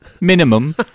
minimum